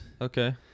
Okay